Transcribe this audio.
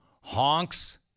honks